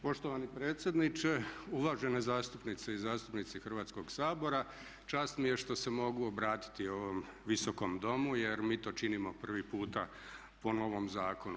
Poštovani predsjedniče, uvažene zastupnice i zastupnici Hrvatskoga sabora, čast mi je što se mogu obratiti ovom Visokom domu jer mi to činimo prvi puta po novom zakonu.